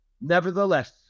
Nevertheless